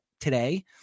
today